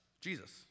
Jesus